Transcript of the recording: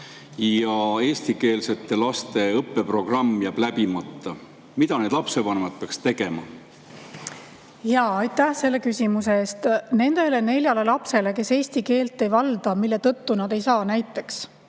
ja eesti laste õppeprogramm jääb läbimata? Mida need lapsevanemad peaks tegema? Aitäh selle küsimuse eest! Nendele neljale lapsele, kes eesti keelt ei valda, mille tõttu nad ei saa näiteks